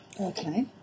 Okay